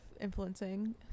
influencing